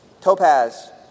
Topaz